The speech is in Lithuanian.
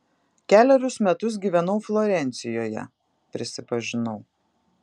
kelerius metus gyvenau florencijoje prisipažinau